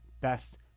best